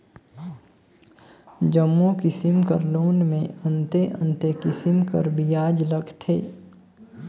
जम्मो किसिम कर लोन में अन्ते अन्ते किसिम कर बियाज लगथे